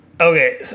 Okay